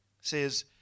says